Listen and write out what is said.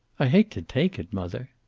i hate to take it, mother.